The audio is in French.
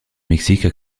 mexique